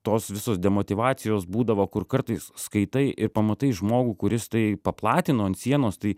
tos visos demotyvacijos būdavo kur kartais skaitai ir pamatai žmogų kuris tai paplatino ant sienos tai